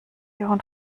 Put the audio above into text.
jochen